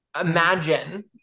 imagine